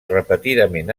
repetidament